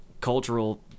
cultural